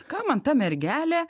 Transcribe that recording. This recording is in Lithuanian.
ką man ta mergelė